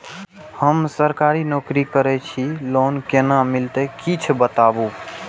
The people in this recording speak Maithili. हम सरकारी नौकरी करै छी लोन केना मिलते कीछ बताबु?